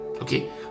Okay